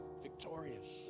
victorious